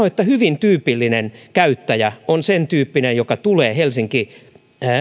että hyvin tyypillinen käyttäjä on sentyyppinen joka tulee helsinki